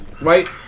right